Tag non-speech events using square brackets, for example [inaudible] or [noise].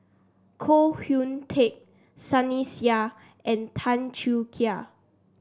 Koh Hoon Teck Sunny Sia and Tan Choo [unintelligible]